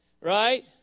right